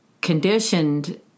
conditioned